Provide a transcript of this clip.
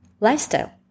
Lifestyle